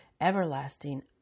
everlasting